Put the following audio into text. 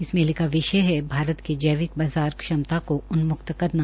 इस मेले का विषय भारत के जैविक बाज़ार क्षमता को उन्मुक्त करना